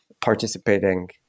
participating